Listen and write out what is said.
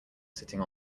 sitting